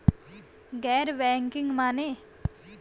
गैर बैंकिंग माने?